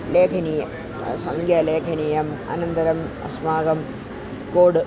लेखनीया सङ्ख्या लेखनीया अनन्तरम् अस्माकं कोड्